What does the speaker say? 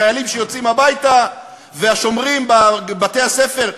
החיילים שיוצאים הביתה והשומרים בבתי-הספר,